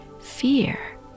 Fear